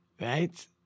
Right